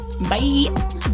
Bye